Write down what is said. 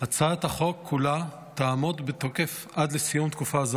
הצעת החוק כולה תעמוד בתוקף עד לסיום תקופה זו,